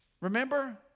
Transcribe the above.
Remember